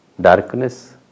darkness